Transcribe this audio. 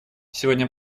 сегодня